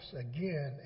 again